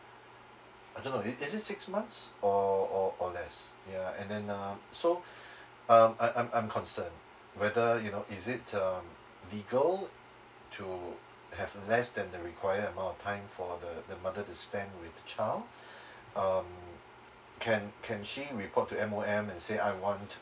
otherwise is it six months or or or less ya and then uh so um I'm I'm I'm concerned whether you know is it um legal to have less than the required amount of time for the the mother to spend with child um can can she report to M_O_M and say I want